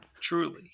Truly